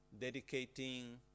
dedicating